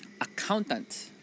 accountant